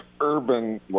Urban